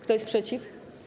Kto jest przeciw?